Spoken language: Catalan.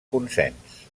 consens